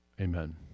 Amen